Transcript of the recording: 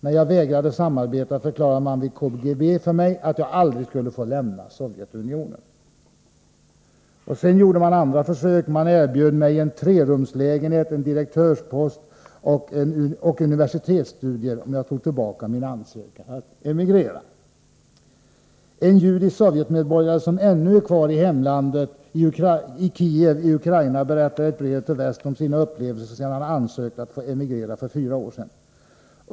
När jag vägrade samarbeta, förklarade man vid KGB för mig, att jag aldrig skulle få lämna Sovjetunionen.” Sedan gjorde man andra försök. ”-— De erbjöd mig en trerumslägenhet, en direktörspost och universitetsstudier, om jag tog tillbaka min ansökan att emigrera”, säger Dechovitj. ”En judisk sovjetmedborgare som ännu är kvar i hemlandet, i Kiev i Ukraina, berättari ett brev till Väst om sina upplevelser sedan han ansökt att få emigrera för fyra år sedan.